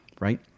right